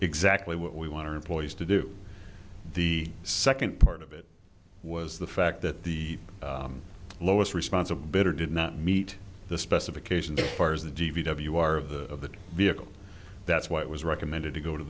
exactly what we want our employees to do the second part of it was the fact that the lowest response a better did not meet the specifications bars the d v d if you are of the vehicle that's why it was recommended to go to